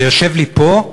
זה יושב לי פה,